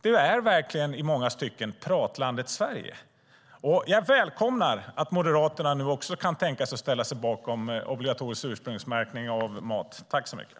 Det är verkligen i många stycken Pratlandet Sverige. Jag välkomnar att Moderaterna nu också kan tänka sig att ställa sig bakom obligatorisk ursprungsmärkning av mat.